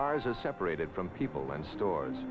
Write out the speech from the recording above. cars are separated from people and stores